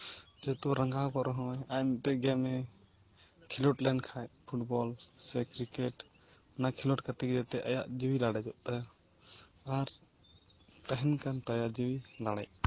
ᱡᱮᱦᱮᱛᱩ ᱨᱟᱸᱜᱟᱣ ᱠᱚᱜ ᱨᱮᱦᱚᱸᱭ ᱟᱨ ᱢᱤᱫᱴᱮᱱ ᱜᱮᱹᱢᱮ ᱠᱷᱮᱞᱳᱰ ᱞᱮᱱᱠᱷᱟᱱ ᱯᱷᱩᱴᱵᱚᱞ ᱥᱮ ᱠᱨᱤᱠᱮᱹᱴ ᱚᱱᱟ ᱠᱷᱮᱞᱳᱰ ᱠᱟᱛᱮᱫ ᱜᱮ ᱮᱱᱛᱮᱫ ᱟᱭᱟᱜ ᱡᱤᱣᱤ ᱞᱟᱲᱮᱡᱚᱜ ᱛᱟᱭᱟ ᱟᱨ ᱛᱟᱦᱮᱱ ᱠᱟᱱ ᱛᱟᱭᱟ ᱡᱤᱣᱤ ᱞᱟᱲᱮᱡ